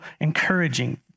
encouraging